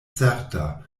certa